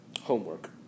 homework